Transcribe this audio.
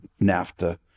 NAFTA